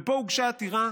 ופה הוגשה העתירה,